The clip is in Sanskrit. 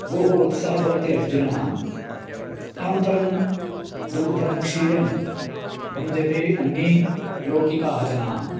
गोः वत्सः भवति अर्जुनः अनन्तरं दुग्धं क्षीरं भुञ्चते अन्ये लौकिकाः जनाः